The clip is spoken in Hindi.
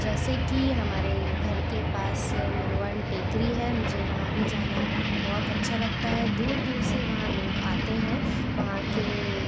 जैसे कि हमारे घर के पास मनोवन टेकरी है मुझे वहाँ भी जाना बहुत अच्छा लगता है दूर दूर से वहाँ लोग आते हैं वहाँ के